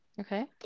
Okay